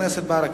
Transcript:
חבר הכנסת ברכה,